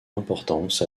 importance